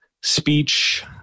speech